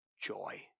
joy